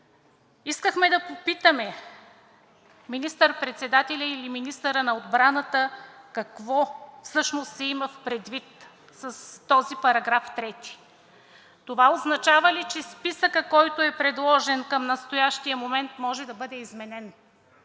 Искахме да попитаме министър-председателя или министъра на отбраната: какво всъщност се има предвид с този § 3? Това означава ли, че списъкът, който е предложен към настоящия момент, може да бъде изменен?